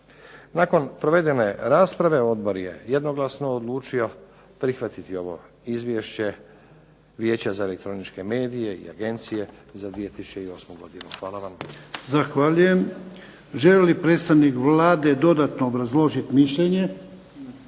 Nakon provedene rasprave, odbor je jednoglasno odlučio prihvatiti ovo izvješće Vijeća za elektroničke medije i Agencije za 2008. godinu. Hvala vam lijepo. **Jarnjak, Ivan (HDZ)** Zahvaljujem. Želi li predstavnik Vlade dodatno obrazložiti mišljenje?